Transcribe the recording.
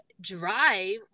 drive